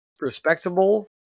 respectable